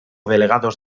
delegados